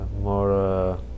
more